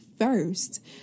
first